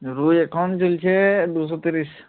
রুই এখন চলছে দুশো তিরিশ